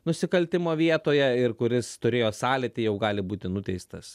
nusikaltimo vietoje ir kuris turėjo sąlytį jau gali būti nuteistas